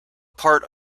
part